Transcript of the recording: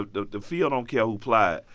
the the field don't care who plow it.